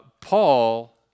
Paul